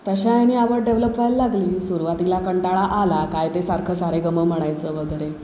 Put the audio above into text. तशा ह्याने आवड डेव्हलप व्हायला लागली सुरवातीला कंटाळा आला काय ते सारखं सा रे ग म म्हणायचं वगैरे